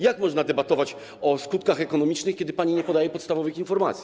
Jak można debatować o skutkach ekonomicznych, kiedy pani nie podaje podstawowych informacji?